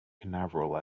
canaveral